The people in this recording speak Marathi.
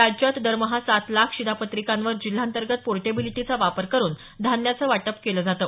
राज्यात दरमहा सात लाख शिधापत्रिकांवर जिल्हांतर्गत पोर्टेबिलिटीचा वापर करुन धान्याचं वाटप केलं जातं